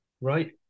Right